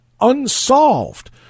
unsolved